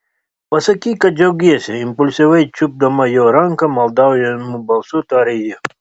pasakyk kad džiaugiesi impulsyviai čiupdama jo ranką maldaujamu balsu tarė ji